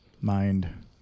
Mind